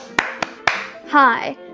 hi